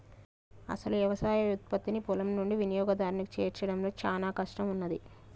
అసలు యవసాయ ఉత్పత్తిని పొలం నుండి వినియోగదారునికి చేర్చడంలో చానా కష్టం ఉన్నాది